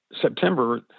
September